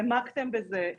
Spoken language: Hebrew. העמקתם בזה,